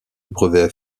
brevets